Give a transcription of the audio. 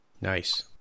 Nice